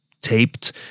taped